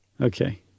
Okay